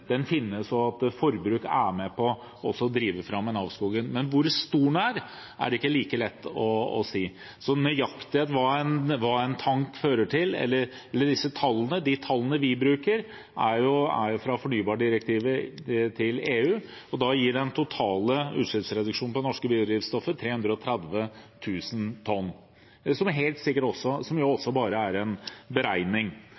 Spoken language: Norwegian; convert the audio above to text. finnes, og at forbruk er med på å drive fram en avskoging. Men hvor stor den er, er ikke like lett å si – nøyaktig hva en tank fører til, eller disse tallene. De tallene vi bruker, fra fornybardirektivet til EU, gir den totale utslippsreduksjonen på det norske biodrivstoffet – 330 000 tonn – som jo også bare er en beregning. Men det som